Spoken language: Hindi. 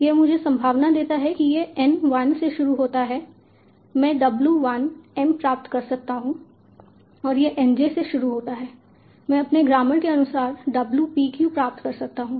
यह मुझे संभावना देता है कि यह N 1 से शुरू होता है मैं W 1 m प्राप्त कर सकता हूं और यह N j से शुरू होता है मैं अपने ग्रामर के अनुसार W p q प्राप्त कर सकता हूं